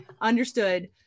understood